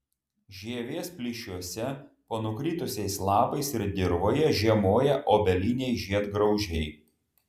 žievės plyšiuose po nukritusiais lapais ir dirvoje žiemoja obeliniai žiedgraužiai